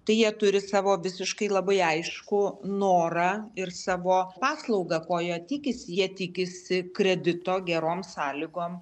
tai jie turi savo visiškai labai aiškų norą ir savo paslaugą ko jie tikisi jie tikisi kredito gerom sąlygom